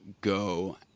Go